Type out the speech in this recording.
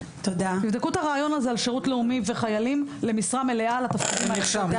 תבדקו את הרעיון הזה על שרות לאומי וחיילים למשרה מלאה לתפקידים האלה.